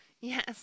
Yes